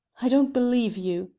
i don't believe you,